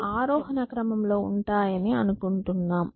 అవి ఆరోహణ క్రమం లో ఉంటాయని అనుకుంటున్నాం